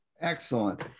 Excellent